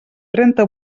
trenta